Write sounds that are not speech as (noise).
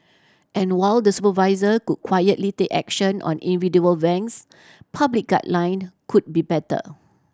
and while the supervisor could quietly take action on individual (unintelligible) public guideline could be better